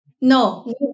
No